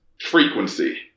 frequency